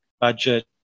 budget